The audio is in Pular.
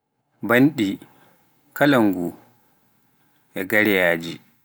Banɗi, kalangu, gareyaaji.